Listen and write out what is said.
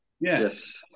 yes